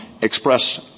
express